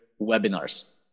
webinars